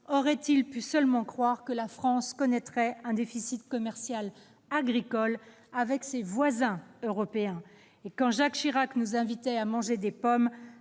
auraient-ils pu seulement croire que la France connaîtrait un déficit commercial agricole avec ses voisins européens ? Quand Jacques Chirac nous invitait à manger des pommes,